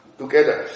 together